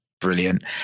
brilliant